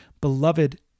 beloved